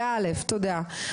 בא' תודה,